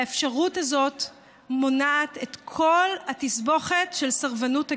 האפשרות הזאת מונעת את כל התסבוכת של סרבנות הגט.